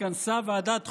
התכנסה ועדת החוקה,